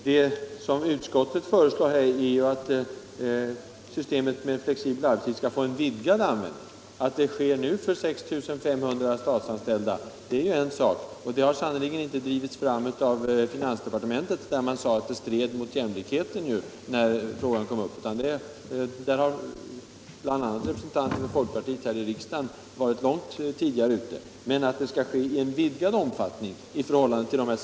Herr talman! Vad utskottet föreslår är att systemet med flexibel arbetstid skall få vidgad användning. Att det tillämpas nu för 6 500 statsanställda är en sak. Det har sannerligen inte drivits fram av finansdepartementet, där man sade att flextid stred mot jämlikheten. Folkpartiet här i riksdagen har legat långt före.